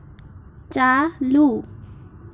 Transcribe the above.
ᱪᱟᱹᱞᱩ